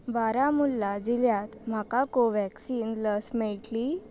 बारामुल्ला जिल्ल्यांत म्हाका कोवॅक्सीन लस मेळटली